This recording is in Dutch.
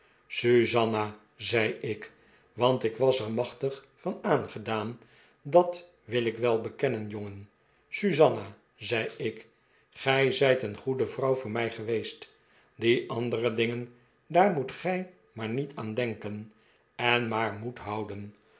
susanna zei ik want ik was er machtig van aangedaan dat wil ik wel bekennen jongen susanna zei ik gij zijt een goede vrouw voor mij geweest die andere dingen daar moet gij maar niet aan denken en maar moed houden